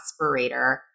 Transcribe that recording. aspirator